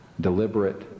deliberate